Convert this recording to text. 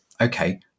okay